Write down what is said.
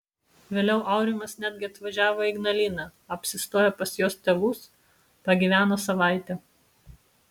vėliau aurimas netgi atvažiavo į ignaliną apsistojo pas jos tėvus pagyveno savaitę